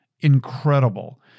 incredible